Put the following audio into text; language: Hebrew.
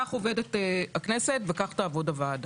כך עובדת הכנסת וכך תעבוד הוועדה.